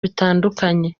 bitandukanye